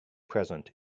present